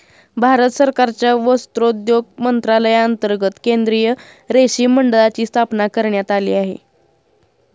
भारत सरकारच्या वस्त्रोद्योग मंत्रालयांतर्गत केंद्रीय रेशीम मंडळाची स्थापना करण्यात आली आहे